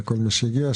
לכל מי שהגיע.